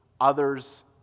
others